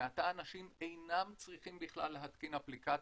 מעתה אנשים אינם צריכים בכלל להתקין אפליקציות,